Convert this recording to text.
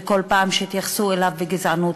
וכל פעם שהתייחסו אליו בגזענות,